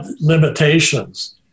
limitations